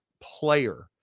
player